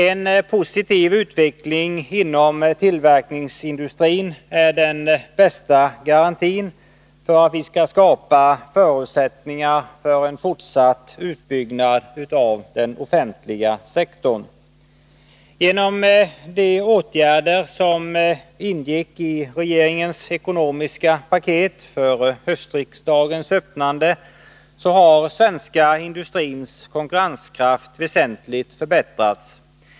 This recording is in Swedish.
En positiv utveckling inom tillverkningsindustrin är den bästa garantin för att det skall skapas förutsättningar för en fortsatt utbyggnad av den offentliga sektorn. Genom de åtgärder som ingick i regeringens ekonomiska paket som lades fram vid höstriksdagens öppnande har den svenska industrins konkurrenskraft väsentligt förbättrats.